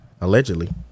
Allegedly